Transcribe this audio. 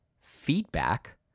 feedback